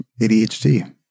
ADHD